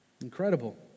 Incredible